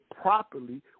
properly